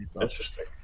interesting